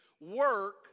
work